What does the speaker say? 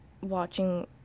watching